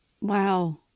Wow